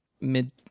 mid